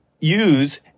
use